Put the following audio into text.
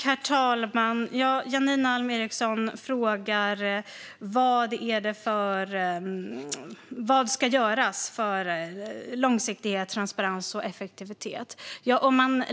Herr talman! Janine Alm Ericson frågar vad som ska göras för långsiktighet, transparens och effektivitet.